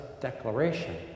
declaration